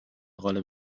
rolle